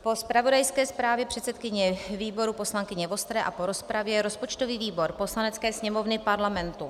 Po zpravodajské zprávě předsedkyně výboru poslankyně Vostré a po rozpravě rozpočtový výbor Poslanecké sněmovny Parlamentu